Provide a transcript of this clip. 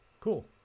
cool